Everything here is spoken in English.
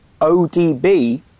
ODB